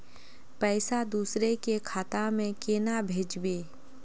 पैसा दूसरे के खाता में केना भेजबे?